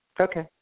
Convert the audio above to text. Okay